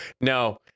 no